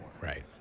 Right